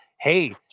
hey